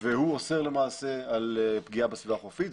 והוא אוסר למעשה על פגיעה בסביבה החופית.